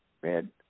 red